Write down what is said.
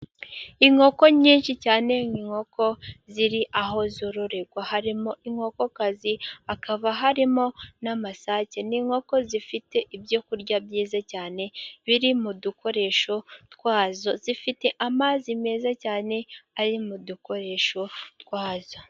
Inkoko nyinshi cyane , ni inkoko ziri aho zororerwa harimo inkokokazi , hakaba harimo n'amasake . Ni nkoko zifite ibyo kurya byiza cyane biri mu dukoresho twazo , zifite amazi meza cyane ari mu dukoresho twazo.